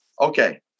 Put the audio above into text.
Okay